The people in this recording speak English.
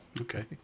Okay